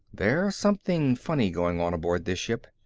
there's something funny going on aboard this ship.